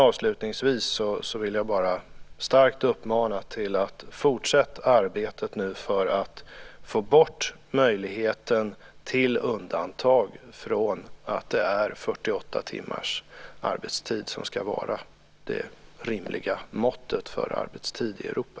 Avslutningsvis vill jag bara starkt uppmana till detta: Fortsätt nu arbetet för att få bort möjligheten till undantag från att det är 48 timmars arbetstid som ska vara det rimliga måttet för arbetstid i Europa!